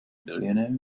billionaires